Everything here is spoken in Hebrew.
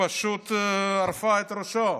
פשוט ערפה את ראשו.